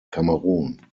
kamerun